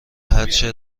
هرچه